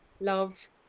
love